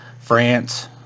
France